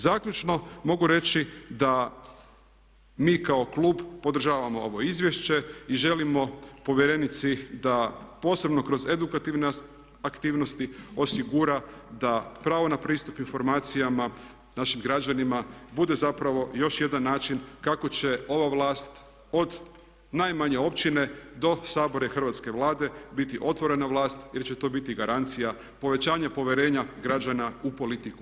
Zaključno mogu reći da mi kao klub podržavamo ovo izvješće i želimo povjerenici da posebno kroz edukativne aktivnosti osigura da pravo na pristup informacijama našim građanima bude zapravo još jedan način kako će ova vlast od najmanje općine do Sabora i hrvatske Vlade biti otvorena vlast jer će to biti garancija povećanja povjerenja građana u politiku i političare.